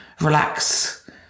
relax